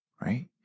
right